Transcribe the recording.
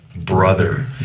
brother